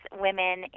women